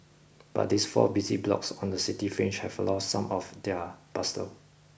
but these four busy blocks on the city fringe have lost some of their bustle